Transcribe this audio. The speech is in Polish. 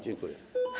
Dziękuję.